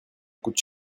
coûte